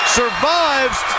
survives